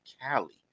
Cali